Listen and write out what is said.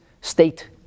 state